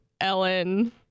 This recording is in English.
Ellen